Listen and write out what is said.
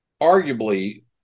arguably